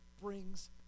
brings